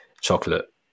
chocolate